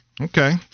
Okay